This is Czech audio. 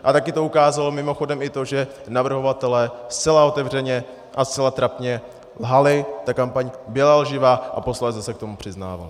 A taky to ukázalo mimochodem i to, že navrhovatelé zcela otevřeně a zcela trapně lhali, ta kampaň byla lživá a posléze se k tomu přiznávají.